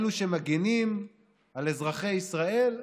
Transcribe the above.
אלו שמגינים על אזרחי ישראל,